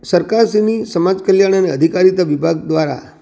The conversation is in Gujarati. સરકારશ્રીની સમાજ કલ્યાણ અને અધિકારી વિભાગ દ્રારા